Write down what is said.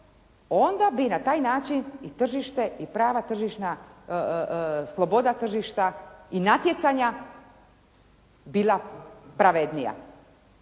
onda bi na taj način i tržište i prava tržišna sloboda tržišta i natjecanja bila pravednija.